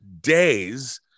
days